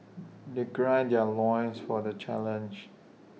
they gird their loins for the challenge